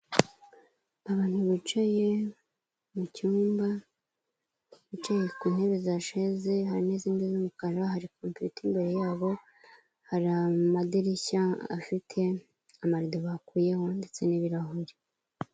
Abantu bicaye mu cyumba, bicaye ku ntebe za sheze hari n'izindi z'umukara hari kompiyuta imbere yabo, hari amadirishya afite amarido bakuyeho ndetse n'ibirahuri.